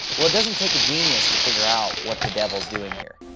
well, it doesn't take a genius to figure out what the devil is doing here.